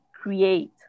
create